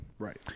Right